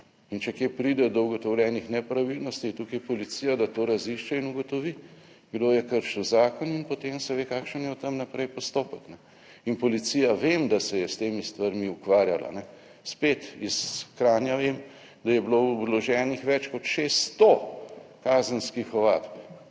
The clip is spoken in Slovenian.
in če kje pride do ugotovljenih nepravilnosti, je tukaj policija, da to razišče in ugotovi, kdo je kršil zakon in potem se ve, kakšen je od tam naprej postopek in policija, vem, da se je s temi stvarmi ukvarjala, spet iz Kranja vem, da je bilo vloženih več kot 600 kazenskih ovadb,